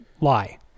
Lie